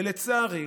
ולצערי,